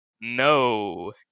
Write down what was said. No